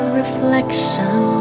reflection